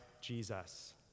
Jesus